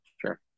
Sure